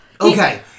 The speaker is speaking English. Okay